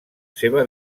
seva